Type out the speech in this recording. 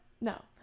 no